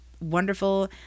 wonderful